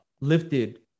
lifted